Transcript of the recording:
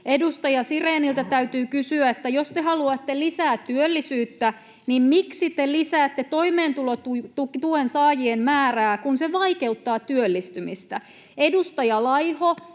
Edustaja Siréniltä täytyy kysyä: jos te haluatte lisää työllisyyttä, niin miksi te lisäätte toimeentulotuen saajien määrää, kun se vaikeuttaa työllistymistä? Edustaja Laiho,